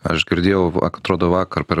aš girdėjau aktrodo vakar per